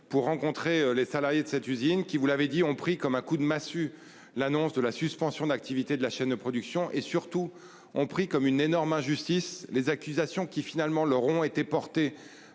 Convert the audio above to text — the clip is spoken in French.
pour rencontrer les salariés de cette usine qui vous l'avez dit ont pris comme un coup de massue. L'annonce de la suspension d'activité de la chaîne de production et surtout ont pris comme une énorme injustice les accusations qui finalement leur ont été portées